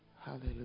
Hallelujah